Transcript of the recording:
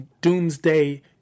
doomsday